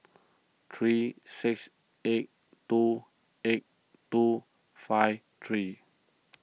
three six eight two eight two five three